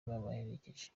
babaherekeje